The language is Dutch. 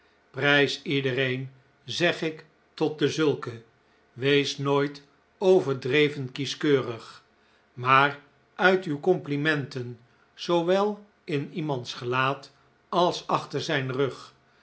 prijs iedereen zeg ik tot dezulken wees nooit overdreven kieskeurig maar uit uw complimenten zoowel in iemands gelaat als achter zijn rug